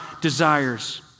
desires